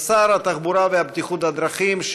לשר התחבורה והבטיחות בדרכים,